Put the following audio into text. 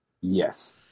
yes